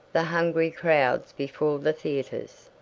the hungry crowds before the theatres,